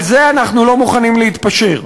ועל זה אנחנו לא מוכנים להתפשר.